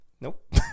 Nope